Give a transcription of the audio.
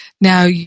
Now